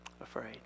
afraid